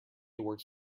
works